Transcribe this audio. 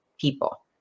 people